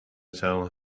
tell